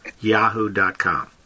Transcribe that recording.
yahoo.com